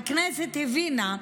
הכנסת הבינה,